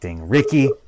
Ricky